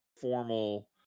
formal